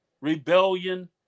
rebellion